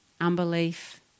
Unbelief